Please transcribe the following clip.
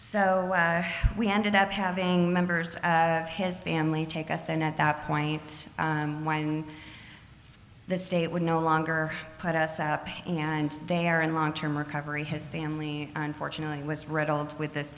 so we ended up having members of his family take us and at that point the state would no longer put us up and they are in long term recovery his family unfortunately was riddled with this